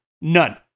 None